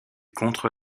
contre